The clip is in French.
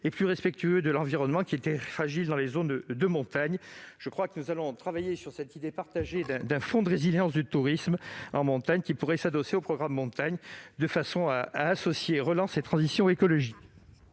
et plus respectueux de l'environnement particulièrement fragile des zones de montagne. Nous allons travailler sur l'idée commune d'un fonds de résilience du tourisme en montagne, qui pourrait s'adosser au programme Montagne, de façon à associer relance et transition écologique.